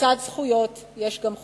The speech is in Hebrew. לצד זכויות יש גם חובות.